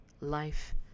life